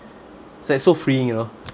it's like so freeing you know